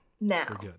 Now